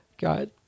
Got